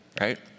right